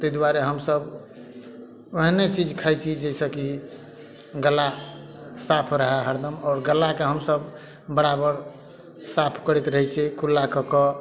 ताहि दुआरे हमसब ओहने चीज खाइ छी जाहि सऽ की गल्ला साफ रहए हरदम आओर गल्लाके हमसब बराबर साफ करैत रहै छियै कुल्ला कऽ कऽ